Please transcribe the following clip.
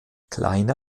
kleine